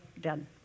done